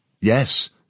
Yes